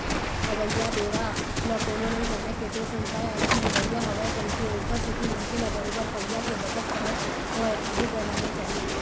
अवइया बेरा ल कोनो नइ जानय के तोर संग काय अलहन होवइया हवय कहिके ओखर सेती मनखे ल बरोबर पइया के बचत करत होय आघु बड़हना चाही